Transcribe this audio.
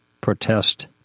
protest